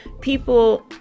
people